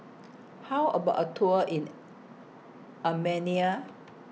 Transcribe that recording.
How about A Tour in Armenia